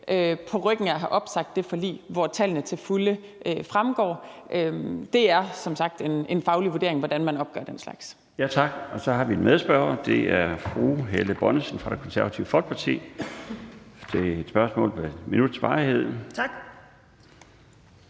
på ryggen af at have opsagt det forlig, hvor tallene til fulde fremgår. Det er som sagt en faglig vurdering, hvordan man opgør den slags. Kl. 13:44 Den fg. formand (Bjarne Laustsen): Tak. Så har vi en medspørger, og det er fru Helle Bonnesen fra Det Konservative Folkeparti. Det er et spørgsmål af 1 minuts varighed. Kl.